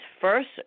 first